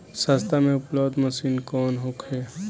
सस्ता में उपलब्ध मशीन कौन होखे?